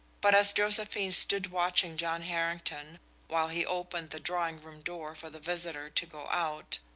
but as josephine stood watching john harrington while he opened the drawing-room door for the visitor to go out,